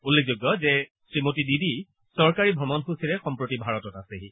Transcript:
উল্লেখযোগ্য যে শ্ৰীমতী দিদি চৰকাৰী ভ্ৰমণসূচীৰে সম্প্ৰতি ভাৰতত আছেহি